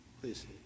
Please